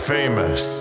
Famous